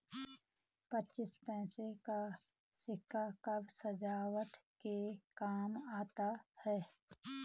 पच्चीस पैसे का सिक्का अब सजावट के काम आता है